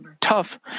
tough